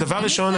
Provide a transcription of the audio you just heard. למי כן?